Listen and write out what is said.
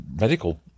medical